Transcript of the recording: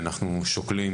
אנחנו שוקלים